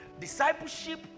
Discipleship